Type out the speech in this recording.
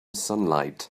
sunlight